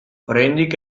oraindik